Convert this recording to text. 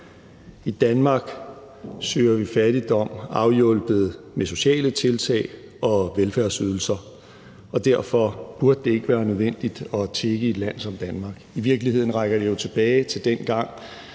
I Danmark søger vi fattigdom afhjulpet med sociale tiltag og velfærdsydelser, og derfor burde det ikke være nødvendigt at tigge i et land som Danmark. I virkeligheden rækker det jo tilbage til dengang,